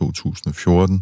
2014